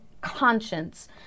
conscience